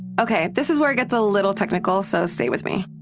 ok. this is where it gets a little technical, so stay with me.